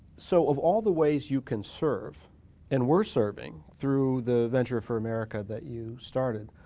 so of all the ways you can serve and were serving through the venture for america that you started,